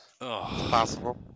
Possible